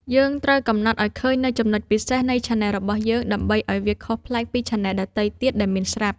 យើងត្រូវកំណត់ឱ្យឃើញនូវ ចំណុចពិសេស នៃឆានែលរបស់យើង ដើម្បីឱ្យវាខុសប្លែកពីឆានែលដទៃទៀតដែលមានស្រាប់។